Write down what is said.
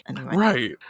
Right